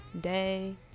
Day